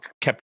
kept